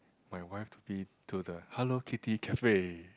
my wife to be to the Hello-Kitty cafe